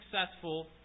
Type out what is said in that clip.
successful